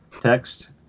text